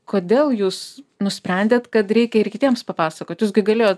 kodėl jūs nusprendėt kad reikia ir kitiems papasakot jūs gi galėjot